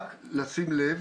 רק לשים לב,